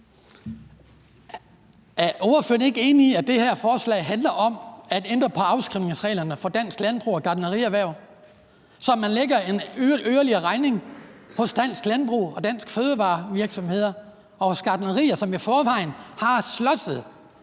Er ordføreren ikke enig i, at det her forslag handler om at ændre på afskrivningsreglerne for dansk landbrug og gartnerierhverv, så man lægger en yderligere regning hos dansk landbrug og danske fødevarevirksomheder og hos gartnerierne, som jo i forvejen har slåsset